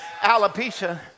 Alopecia